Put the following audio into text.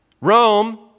Rome